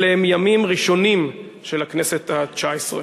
אלה הם ימים ראשונים של הכנסת התשע-עשרה.